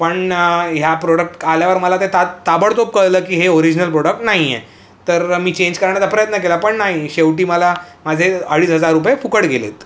पण ह्या प्रोडक्ट आल्यावर मला ते ता ताबडतोप कळलं की हे ओरिजिनल प्रोडक्ट नाहीये तर मी चेंज करण्याचा प्रयत्न केला पण नाही शेवटी मला माझे अडीच हजार रुपये फुकड गेलेत